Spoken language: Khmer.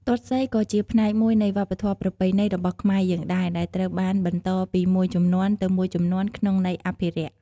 ទាត់សីក៏ជាផ្នែកមួយនៃ វប្បធម៌ប្រពៃណី របស់ខ្មែរយើងដែរ ដែលត្រូវបានបន្តពីមួយជំនាន់ទៅមួយជំនាន់ ក្នុងន័យអភិរក្ស។